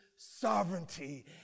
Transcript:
Sovereignty